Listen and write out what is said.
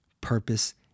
purpose